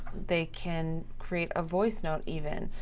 they can create a voice note, even.